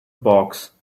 box